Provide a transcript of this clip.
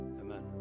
Amen